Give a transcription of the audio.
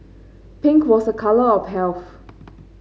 pink was a colour of health